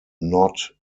not